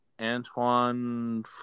Antoine